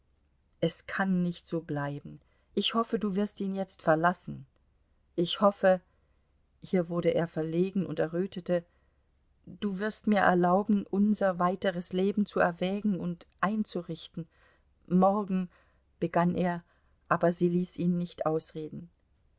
es kann nicht so bleiben ich hoffe du wirst ihn jetzt verlassen ich hoffe hier wurde er verlegen und errötete du wirst mir erlauben unser weiteres leben zu erwägen und einzurichten morgen begann er aber sie ließ ihn nicht ausreden